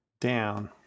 down